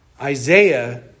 Isaiah